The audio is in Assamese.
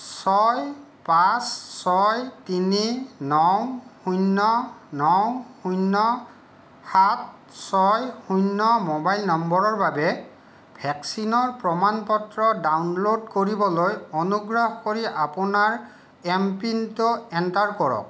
ছয় পাঁচ ছয় তিনি ন শূন্য ন শূন্য সাত ছয় শূন্য মোবাইল নম্বৰৰ বাবে ভেকচিনৰ প্ৰমাণ পত্ৰ ডাউনলোড কৰিবলৈ অনুগ্ৰহ কৰি আপোনাৰ এম পিনটো এণ্টাৰ কৰক